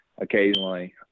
occasionally